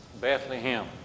Bethlehem